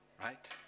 right